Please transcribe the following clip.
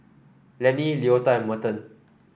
Lennie Leota and Merton